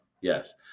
Yes